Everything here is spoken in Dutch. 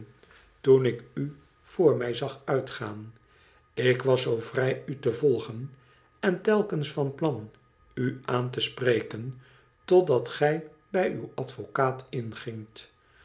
toen ik u voor mij zag uitgaan ik was zoo vrij u te volgen en telkens van plan u aan te spreken totdat gij bij uw advocaat ingingt